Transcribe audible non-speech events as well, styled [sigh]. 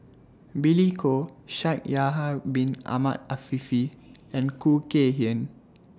[noise] Billy Koh Shaikh Yahya Bin Ahmed Afifi and Khoo Kay Hian